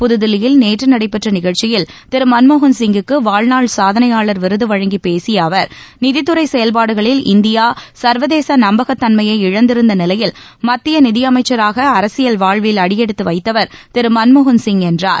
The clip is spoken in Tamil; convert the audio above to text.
புகுதில்லியில் நிகம்ச்சியில் நேற்று நடைபெற்ற திரு மன்மோகன்சிங்குக்கு வாழ்நாள் சாதனையாளர் விருது வழங்கிப் பேசிய அவர் நிதித்துறை செயல்பாடுகளில் இந்தியா சர்வதேச நம்பகத் தன்மையை இழந்திருந்த நிலையில் மத்திய நிதியமைச்சராக அரசியல் வாழ்வில் அடியெடுத்து வைத்தவர் திரு மன்மோகன்சிங் என்றார்